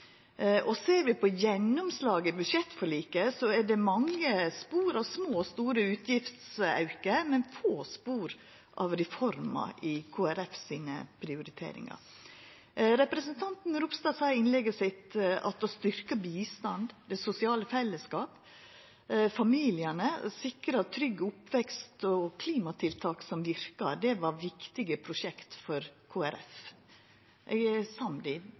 innsparingsreformer. Ser vi på gjennomslaget i budsjettforliket, ser vi at det i Kristeleg Folkepartis prioriteringar er mange spor av små og store utgiftsaukar, men få spor av reformer. Representanten Ropstad sa i innlegget sitt at å styrkja bistanden, meir til sosiale fellesskap, til familiane, sikra trygg oppvekst og klimatiltak som verkar, var viktige prosjekt for Kristeleg Folkeparti. Eg er samd i